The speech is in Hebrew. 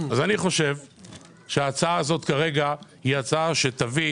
אני חושב שההצעה הזאת היא הצעה שתביא